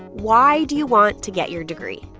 why do you want to get your degree?